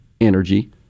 energy